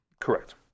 Correct